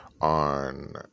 on